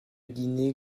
guinée